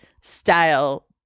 style